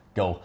go